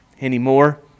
anymore